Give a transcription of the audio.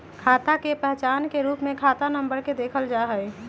खाता के पहचान के रूप में खाता नम्बर के देखल जा हई